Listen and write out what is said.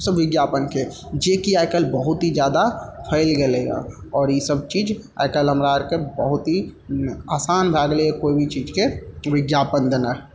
सब विज्ञापनके जे कि आइ काल्हि बहुत ही जादा फैल गेलै हइ आओर इसब चीज आइ काल्हि हमरा आरके बहुत ही आसान भए गेलै हइ कोइ भी चीजके विज्ञापन देनाए